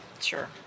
Sure